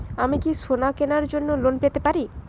আমি কি সোনা কেনার জন্য লোন পেতে পারি?